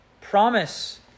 promise